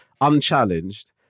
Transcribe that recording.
unchallenged